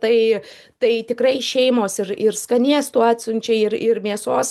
tai tai tikrai šeimos ir ir skanėstų atsiunčia ir ir mėsos